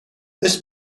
this